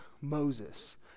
Moses